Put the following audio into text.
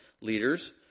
leaders